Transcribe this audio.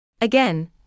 Again